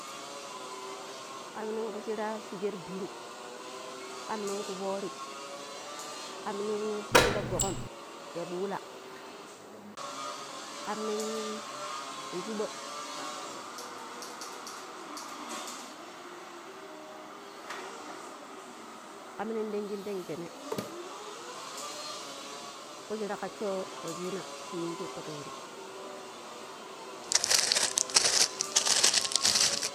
﻿kamnin ku shira shugait ɓriu, kamnin ku forri, kamnin ku shira gogom ya ɗula, kamnin ya shuɓa, kamnin ɗangindan jenne ku shirra kacho washina shi nigomn ti kuro.